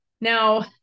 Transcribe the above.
Now